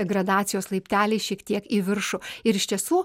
gradacijos laipteliais šiek tiek į viršų ir iš tiesų